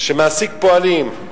שמעסיק פועלים.